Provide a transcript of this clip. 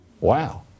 Wow